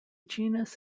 genus